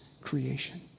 creation